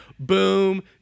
Boom